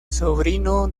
sobrino